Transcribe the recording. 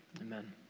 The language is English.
Amen